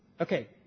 Okay